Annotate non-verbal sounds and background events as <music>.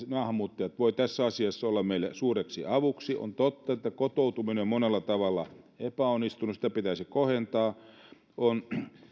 <unintelligible> maahanmuuttajat voivat tässä asiassa olla meille suureksi avuksi on totta että kotoutuminen on monella tavalla epäonnistunut sitä pitäisi kohentaa on